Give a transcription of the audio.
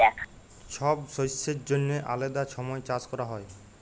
ছব শস্যের জ্যনহে আলেদা ছময় চাষ ক্যরা হ্যয়